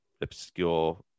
obscure